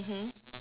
mmhmm